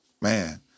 man